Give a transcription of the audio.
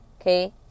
Okay